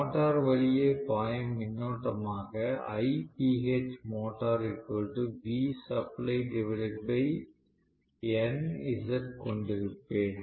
motor வழியே பாயும் மின்னோட்டமாக கொண்டிருப்பேன்